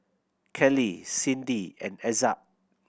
Kelli Cindi and Ezzard